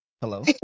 hello